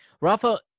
Rafa